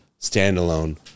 standalone